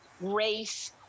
race